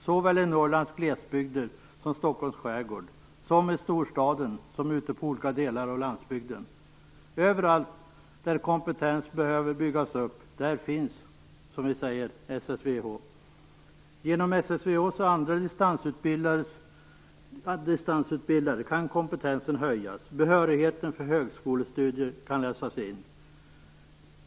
Såväl i Norrlands glesbygder som i Stockholms skärgård, som i storstaden som ute i olika delar av landsbygden. Överallt där kompetens behöver byggas upp, där finns SSVH. Genom SSVH och andra distansutbildare kan kompetensen höjas och behörighet för högskolestudier läsas in.